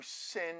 sin